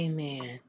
Amen